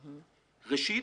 ראשית,